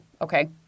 okay